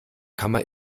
kammer